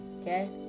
okay